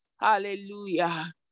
hallelujah